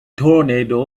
tornado